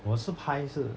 我是拍是